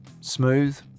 smooth